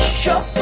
shuffle.